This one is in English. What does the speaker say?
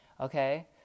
okay